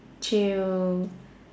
chill